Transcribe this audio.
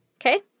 Okay